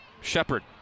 Shepard